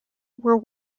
were